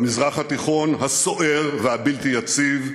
במזרח התיכון הסוער והבלתי-יציב,